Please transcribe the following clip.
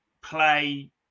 play